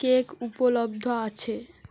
cake উপলব্ধ আছে